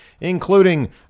including